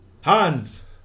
hands